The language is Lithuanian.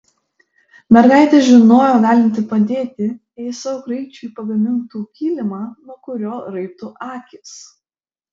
mergaitė žinojo galinti padėti jei savo kraičiui pagamintų kilimą nuo kurio raibtų akys